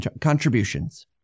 contributions